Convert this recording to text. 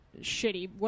shitty